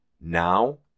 Now